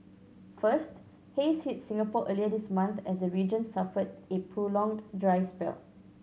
first haze hit Singapore earlier this month as the region suffered a prolonged dry spell